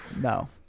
No